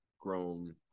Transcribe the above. grown